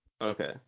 Okay